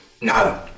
No